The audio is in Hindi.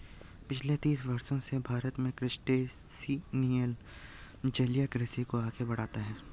पिछले तीस वर्षों से भारत में क्रस्टेशियन जलीय कृषि को आगे बढ़ाया है